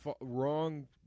wrong